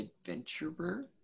Adventurer